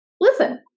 listen